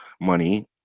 money